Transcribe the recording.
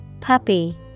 Puppy